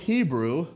Hebrew